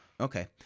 Okay